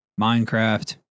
Minecraft